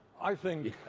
i think